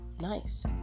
nice